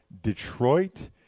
Detroit